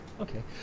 Okay